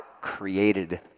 created